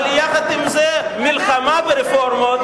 אבל יחד עם זה מלחמה ברפורמות,